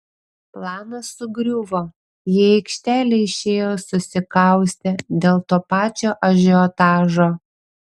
planas sugriuvo į aikštelę išėjo susikaustę dėl to pačio ažiotažo